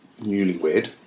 newlywed